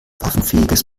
waffenfähiges